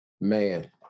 man